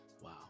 Wow